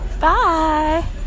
Bye